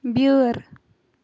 بیٛٲر